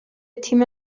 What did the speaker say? تیم